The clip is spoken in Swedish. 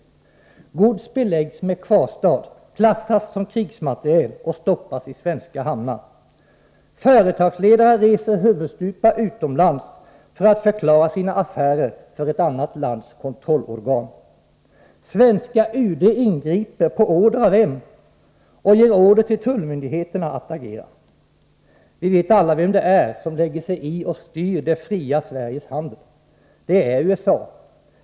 Gods beläggs med kvarstad, klassas som krigsmateriel och stoppas i svenska hamnar. Företagsledare reser huvudstupa utomlands för att förklara sina affärer för ett annat lands kontrollorgan. Svenska UD ingriper — på order av vem? — och ger order till tullmyndigheterna att agera. Vi vet alla vem det är som lägger sig i och styr det fria Sveriges handel. Det är USA.